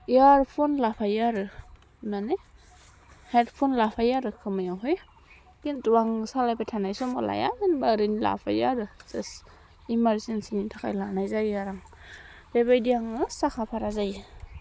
earphone लाफायो आरो माने हेडफन लाफायो आरो खोमायावहाय खिन्थु आं सालायबाय थानाय समाव लाया होमब्ला ओरैनो लाफायो आरो जास्ट एमारजेन्सिनि थाखाय लाफानाय जायो आरो आं बिबादि आङो साखा फारा जायो